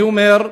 אני אומר,